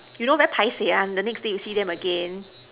you know very paiseh one the next day you see them again